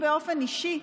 שלי, באופן אישי,